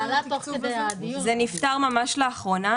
זה נפתר ממש לאחרונה.